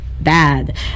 bad